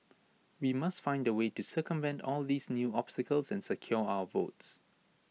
we must find A way to circumvent all these new obstacles and secure our votes